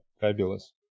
fabulous